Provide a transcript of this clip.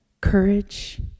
courage